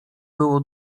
było